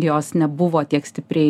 jos nebuvo tiek stipriai